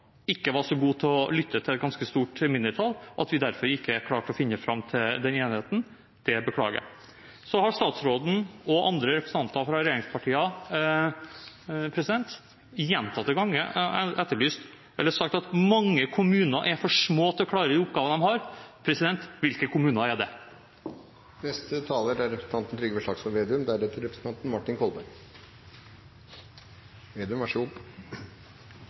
ikke var så gode til å lytte til et ganske stort mindretall, og at vi derfor ikke klarte å finne fram til den enigheten. Det beklager jeg. Statsråden og andre representanter fra regjeringspartiene har gjentatte ganger sagt at mange kommuner er for små til å klare de oppgavene de har. Hvilke kommuner er det? Hvilke kommuner er det som har flest interkommunale samarbeid – er